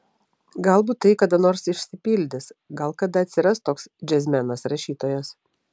galbūt tai kada nors išsipildys gal kada atsiras toks džiazmenas rašytojas